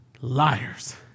liars